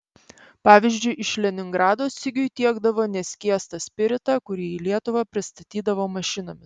pavyzdžiui iš leningrado sigiui tiekdavo neskiestą spiritą kurį į lietuvą pristatydavo mašinomis